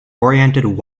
oriented